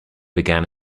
began